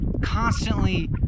constantly